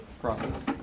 process